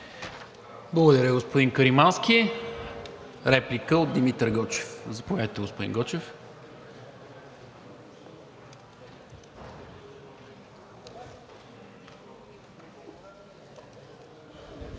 Благодаря, господин Каримански. Реплика от Димитър Гочев. Заповядайте, господин Гочев.